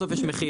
בסוף יש מחיר,